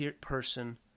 person